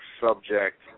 subject